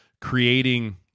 creating